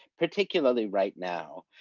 particularly right now.